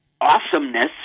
awesomeness